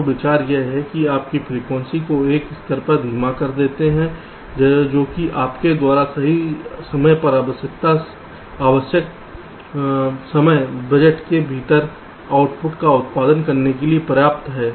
तो विचार यह है कि आप फ्रीक्वेंसीयों को एक स्तर तक धीमा कर देते हैं जो कि आपके द्वारा सही समय पर आवश्यक समय बजट के भीतर आउटपुट का उत्पादन करने के लिए पर्याप्त है